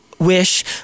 wish